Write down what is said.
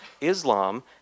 Islam